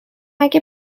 اگه